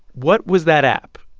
what was that app?